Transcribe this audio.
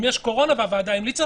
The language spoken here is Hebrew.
אם יש קורונה והוועדה המליצה,